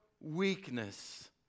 weakness